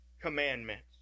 commandments